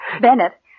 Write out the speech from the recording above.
Bennett